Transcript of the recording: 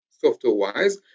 software-wise